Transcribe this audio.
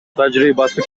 тажрыйбасы